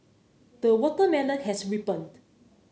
the watermelon has ripened